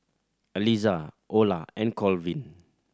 Aliza Ola and Colvin